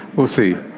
we'll see.